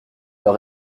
leur